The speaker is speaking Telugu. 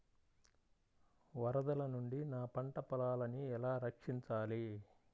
వరదల నుండి నా పంట పొలాలని ఎలా రక్షించాలి?